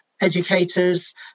educators